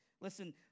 Listen